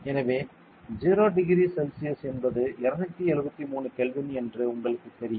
எனவே 0 degree Celsius என்பது 273 kelvin என்று உங்களுக்குத் தெரியும்